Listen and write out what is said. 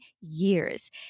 years